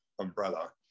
umbrella